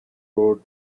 road